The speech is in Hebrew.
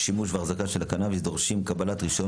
שימוש והחזקה של הקנבוס דורשים קבלת רישיון